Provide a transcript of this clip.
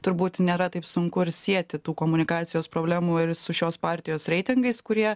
turbūt nėra taip sunku ir sieti tų komunikacijos problemų ir su šios partijos reitingais kurie